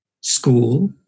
school